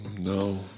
No